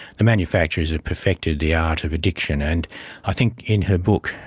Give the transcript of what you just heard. the manufacturers have perfected the art of addiction and i think in her book,